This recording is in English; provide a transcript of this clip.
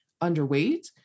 underweight